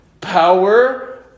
power